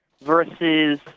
versus